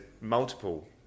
multiple